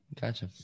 Gotcha